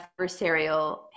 adversarial